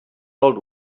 old